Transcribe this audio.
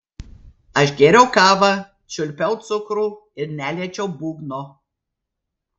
aš gėriau kavą čiulpiau cukrų ir neliečiau būgno